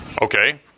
okay